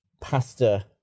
pasta